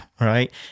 Right